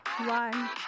One